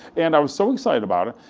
and i was so excited about it,